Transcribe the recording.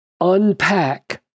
unpack